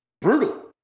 brutal